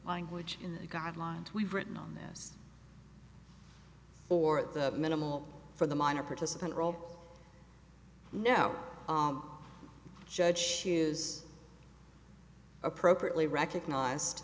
language in the guidelines we've written on this or at the minimal for the minor participant role no judge is appropriately recognized